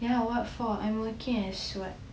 ya what for I'm working as what